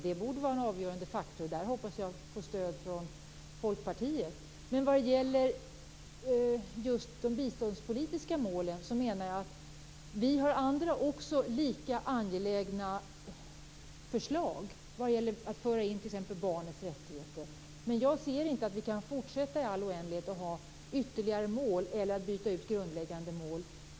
Det borde vara en avgörande faktor, och där hoppas jag få stöd från Men vad gäller de biståndspolitiska målen menar jag att vi också har andra, lika angelägna, förslag. Det gäller t.ex. att föra in barnens rättigheter. Jag ser inte att vi kan fortsätta i all oändlighet att ha ytterligare mål eller byta ut grundläggande mål.